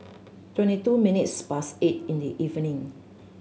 twenty two minutes past eight in the evening